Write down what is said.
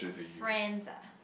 friends ah